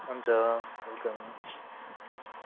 हुन्छ वेलकम